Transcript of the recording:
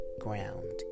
ground